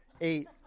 eight